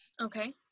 Okay